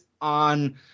on